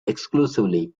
exclusively